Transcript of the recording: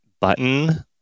button